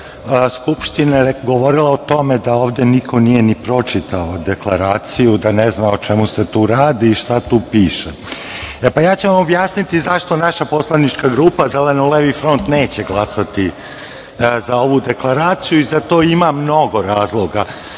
Skupštine je govorila o tome da ovde niko nije pročitao deklaraciju, da ne zna o čemu se tu radi i šta tu piše. Ja ću vam objasniti zašto naša poslanička grupa Zeleno levi front neće glasati za ovu deklaraciju i za to imam mnogo razloga.